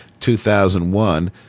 2001